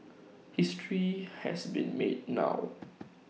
history has been made now